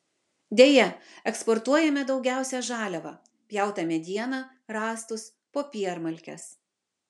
deja eksportuojame daugiausiai žaliavą pjautą medieną rąstus popiermalkes